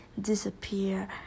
disappear